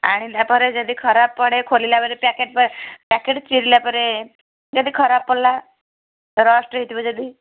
ଆଣିଲା ପରେ ଯଦି ଖରାପ ପଡ଼େ ଖୋଲିଲାବେଳେ ପ୍ୟାକେଟ୍ ପ୍ୟାକେଟ୍ ଚିରିଲା ପରେ ଯଦି ଖରାପ ପଡ଼ିଲା ରଷ୍ଟ୍ ହୋଇଥିବ ଯଦି